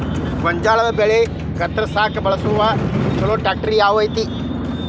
ಗೋಂಜಾಳ ಬೆಳೆ ಕತ್ರಸಾಕ್ ಬಳಸುವ ಛಲೋ ಟ್ರ್ಯಾಕ್ಟರ್ ಯಾವ್ದ್ ಐತಿ?